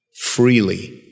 freely